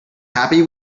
happy